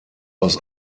aus